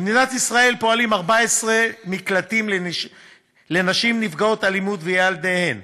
במדינת ישראל פועלים 14 מקלטים לנשים נפגעות אלימות וילדיהן,